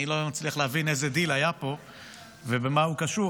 אני לא מצליח להבין איזה דיל היה פה ובמה הוא קשור.